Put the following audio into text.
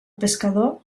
pescador